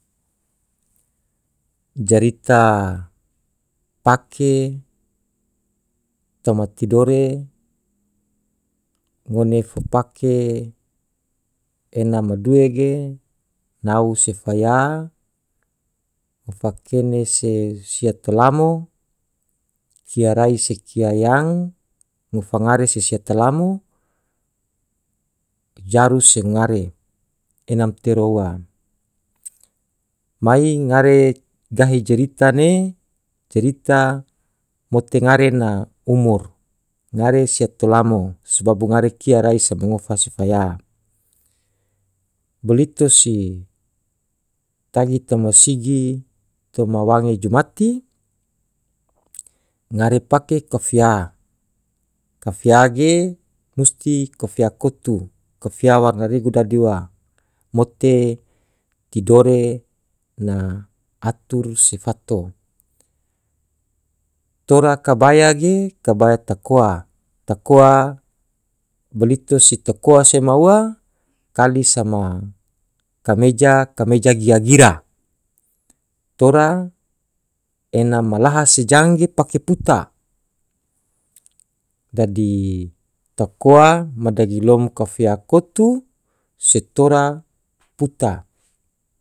jarita pake toma tidore ngone fo pake ena madue ge nau se faya ngofa kene se sia telamo kia rai se kia yang ngofa ngare se sia telamo jujare se ngungare ena matero ua mai ngari gahe jerita ne cerita mote ngare na umur ngare siya tolamo sbab bunga rekia rai sema ngofa se faya bolito si tagi toma sigi toma wange jumati ngare pake kofia kafia ge musti kofia kotu kafia warna rigu dadi ua mote tidore na atur sefato tora kabaya ge kabaya takoa, takoa blito si takoa sema ua kali sama kameja kameja gia gira tora ena malaha se jang ge pake puta dadi takoa ma dagilom kafia kotu se tora puta.